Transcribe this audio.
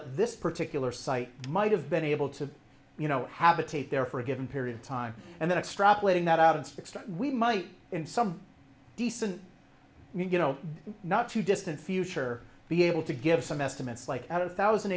at this particular site might have been able to you know habitate there for a given period of time and then extrapolating that out and we might in some decent you know not too distant future be able to give some estimates like out of thousand